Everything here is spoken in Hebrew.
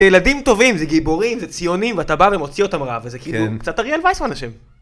ילדים טובים, זה גיבורים, זה ציונים, ואתה בא ומוציא אותם רע, וזה כאילו קצת אריאל וייסמן אשם.